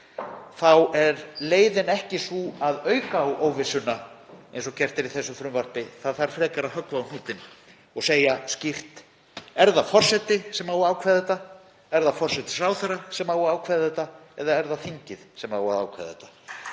þá er leiðin ekki sú að auka á óvissuna eins og gert er í frumvarpinu. Það þarf frekar að höggva á hnútinn og segja skýrt: Er það forseti sem á að ákveða þetta? Er það forsætisráðherra sem á að ákveða þetta? Eða er það þingið sem á að ákveða þetta?